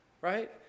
Right